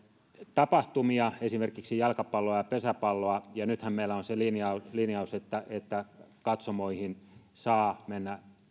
tapahtumia esimerkiksi jalkapalloa ja pesäpalloa nythän meillä on se linjaus linjaus että että katsomoihin saa mennä